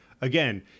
again